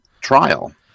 trial